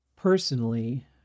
Personally